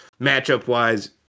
matchup-wise